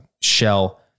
shell